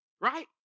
Right